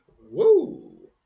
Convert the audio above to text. Woo